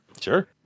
sure